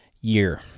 year